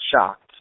shocked